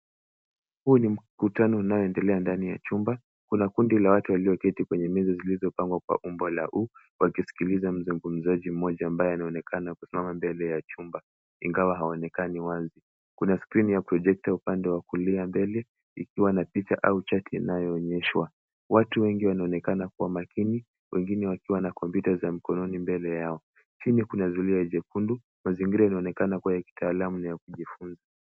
Huu ni mkutano unaoendelea ndani ya chumba, kuna kundi la watu walioketi kwenye meza zilizopangwa kwa umbo ya U wakisikiliza mzungumzaji mmoja ambaye anaonekana kusinama mbele ya chumba; ingawa haonekani wazi. Kuna skrini ya projekta upande wa kulia mbele ikiwa na picha au chati inayoonyeshwa. Watu wengi wanaonekana kuwa makini, wengine wakiwa na kompyuta za mkononi mbele yao. Chini kuna zulia jekundu, mazingira inaonekana kuwa ya kitaalamu na ya kujifunza.